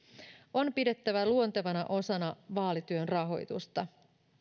on pidettävä luontevana osana vaalityön rahoitusta